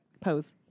pose